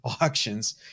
auctions